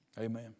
Amen